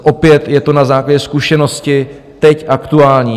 Opět je to na základě zkušenosti teď aktuální.